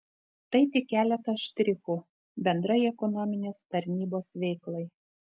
tai tik keletas štrichų bendrai ekonominės tarnybos veiklai